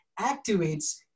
activates